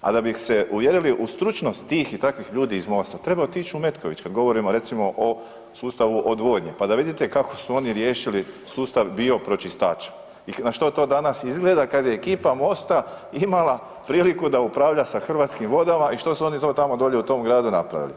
al da bi se uvjerili u stručnost tih i takvih ljudi iz MOST-a treba otići u Metković kad govorimo recimo o sustavu odvodnje, pa da vidite kako su oni riješili sustav bio pročistača i na što to danas izgleda kad je ekipa MOST-a imala priliku da upravlja sa Hrvatskim vodama i što su oni to tamo dolje u tom gradu napravili.